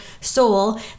soul